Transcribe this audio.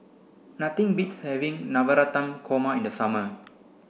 nothing beats having Navratan Korma in the summer